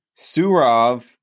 Surav